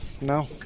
No